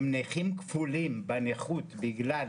הם נכים כפולים בנכות, בגלל